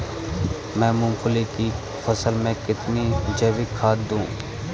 मैं मूंगफली की फसल में कितनी जैविक खाद दूं?